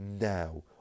now